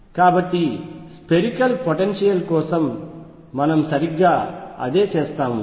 కాబట్టి spherical potential కోసం మనము సరిగ్గా అదే చేస్తాము